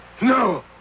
No